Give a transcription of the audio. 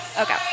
Okay